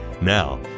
Now